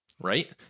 right